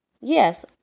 Yes